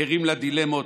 ערים לדילמות,